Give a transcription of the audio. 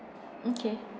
okay